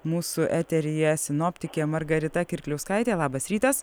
mūsų eteryje sinoptikė margarita kirkliauskaitė labas rytas